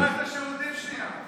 אפשר ללכת לשירותים שנייה.